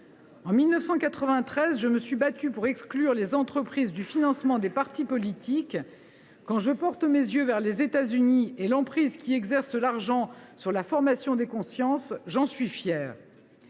En 1993, je me suis battu pour exclure les entreprises du financement des partis politiques. Quand je porte mes yeux vers les États Unis et l’emprise qu’y exerce l’argent sur la formation des consciences, j’en suis fier.